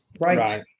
Right